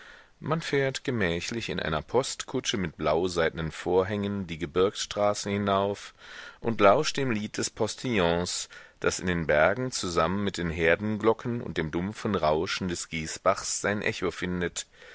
man fährt gemächlich in einer postkutsche mit blauseidnen vorhängen die gebirgsstraßen hinauf und lauscht dem lied des postillions das in den bergen zusammen mit den herdenglocken und dem dumpfen rauschen des gießbachs sein echo findet